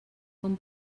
com